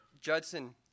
Judson